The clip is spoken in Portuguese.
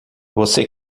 você